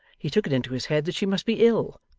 he took it into his head that she must be ill.